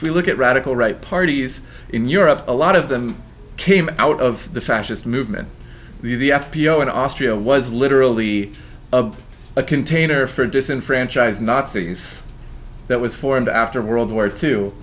we look at radical right parties in europe a lot of them came out of the fascist movement the f b o in austria was literally a container for disenfranchise nazis that was formed after world war two